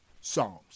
Psalms